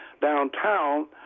downtown